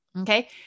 Okay